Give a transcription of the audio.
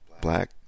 black